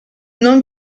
non